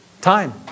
time